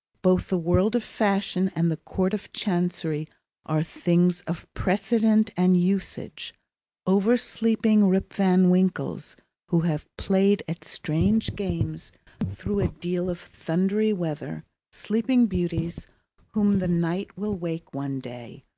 both the world of fashion and the court of chancery are things of precedent and usage oversleeping rip van winkles who have played at strange games through a deal of thundery weather sleeping beauties whom the knight will wake one day,